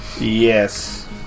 Yes